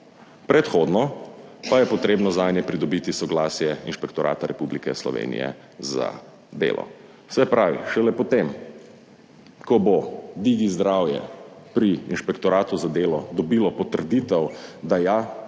Predhodno pa je potrebno zanje pridobiti soglasje Inšpektorata Republike Slovenije za delo. Se pravi šele potem, ko bo Digi zdravje pri Inšpektoratu za delo dobilo potrditev, da ja,